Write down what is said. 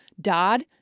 Dodd